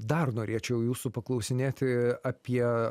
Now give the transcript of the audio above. dar norėčiau jūsų paklausinėti apie